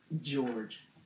George